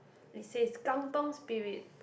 it says kampung Spirit